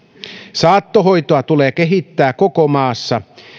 saattohoitoa tulee kehittää koko maassa